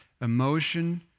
emotion